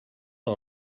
all